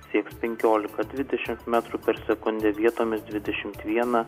sieks penkiolika dvidešimt metrų per sekundę vietomis dvidešimt vieną